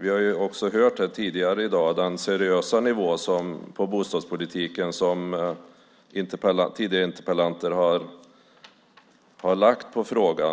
Vi har tidigare i dag hört den seriösa nivå som tidigare interpellanter